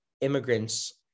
immigrants